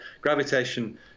Gravitation